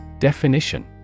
Definition